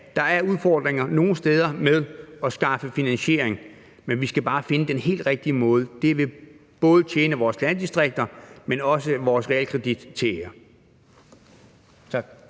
der er nogle steder udfordringer med at skaffe finansiering, men vi skal bare finde den helt rigtige måde. Det vil både tjene vores landdistrikter, men også vores realkredit til ære.